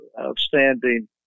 outstanding